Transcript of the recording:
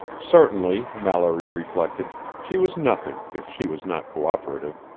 certainly, mallory reflected, she was nothing if she was not co-operative.